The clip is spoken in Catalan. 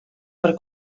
per